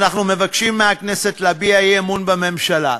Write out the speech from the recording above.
אנחנו מבקשים מהכנסת להביע אי-אמון בממשלה.